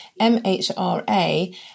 MHRA